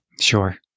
sure